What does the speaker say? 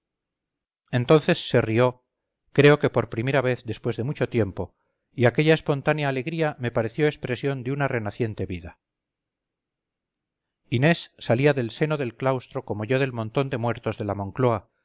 entonces se rió creo que por primera vez después de mucho tiempo y aquella espontánea alegría me pareció expresión de una renaciente vida inés salíadel seno del claustro como yo del montón de muertos de la moncloa